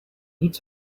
niet